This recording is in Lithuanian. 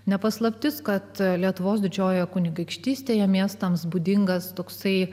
ne paslaptis kad lietuvos didžiojoje kunigaikštystėje miestams būdingą stūksai